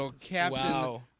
Captain